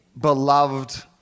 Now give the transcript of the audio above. beloved